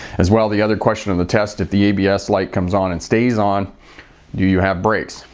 as well, the other question on the test if the abs light comes on and stays on do you have brakes?